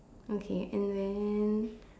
okay and then